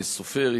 סופר,